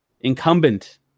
incumbent